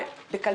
בבידוד.